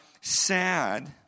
sad